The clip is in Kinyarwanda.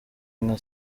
nka